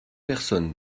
personnes